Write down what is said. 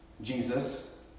Jesus